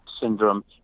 syndrome